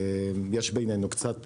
יש בינינו קצת פערים,